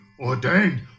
ordained